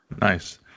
Nice